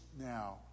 now